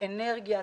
אנרגיה,